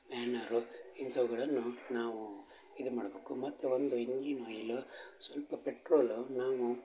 ಪ್ಯಾನರು ಇಂಥವುಗಳನ್ನು ನಾವು ಇದು ಮಾಡಬೇಕು ಮತ್ತು ಒಂದು ಇಂಜಿನ್ ಆಯ್ಲು ಸ್ವಲ್ಪ ಪೆಟ್ರೋಲು ನಾವು